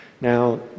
now